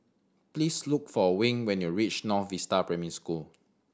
please look for Wing when you reach North Vista Primary School